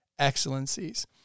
excellencies